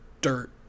dirt